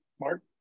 Mark